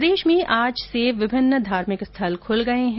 प्रदेश में आज से विभिन्न धार्भिक स्थल खुल गए है